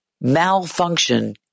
malfunction